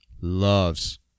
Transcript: loves